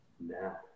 now